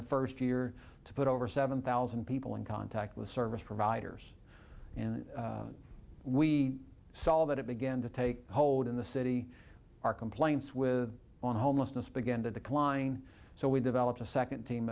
the first year to put over seven thousand people in contact with service providers and we saw that it began to take hold in the city our complaints with on homelessness began to decline so we developed a second team